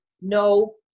no